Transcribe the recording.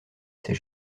ces